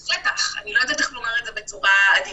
השטח, אני לא יודעת איך לומר את זה בצורה עדינה.